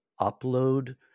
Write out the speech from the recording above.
upload